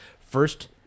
first